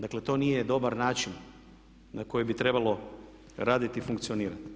Dakle, to nije dobar način na koji bi trebalo raditi i funkcionirati.